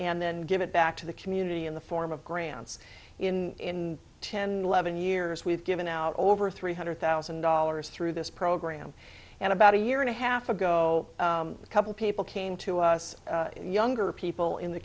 nd then give it back to the community in the form of grants in ten eleven years we've given out over three hundred thousand dollars through this program and about a year and a half ago a couple people came to us younger people in the